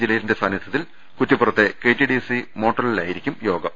ജലീലിന്റെ സാന്നിധൃത്തിൽ കുറ്റിപ്പു റത്തെ കെടിഡിസി മോർട്ടലിലായിരിക്കും യോഗം